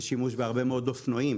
זה שימוש בהרבה מאוד אופנועים